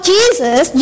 Jesus